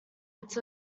its